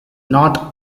not